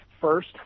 first